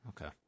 Okay